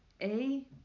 A-